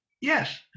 Yes